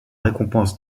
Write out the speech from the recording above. récompense